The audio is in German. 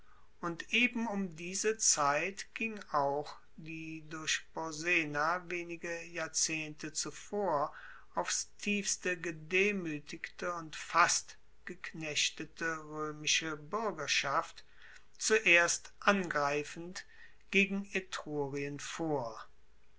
und eben um diese zeit ging auch die durch porsena wenige jahrzehnte zuvor aufs tiefste gedemuetigte und fast geknechtete roemische buergerschaft zuerst angreifend gegen etrurien vor